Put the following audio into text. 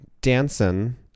Danson